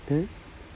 then